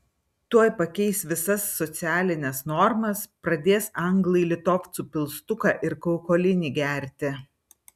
tuoj pakeis visas socialines normas pradės anglai litovcų pilstuką ir kaukolinį gerti